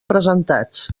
presentats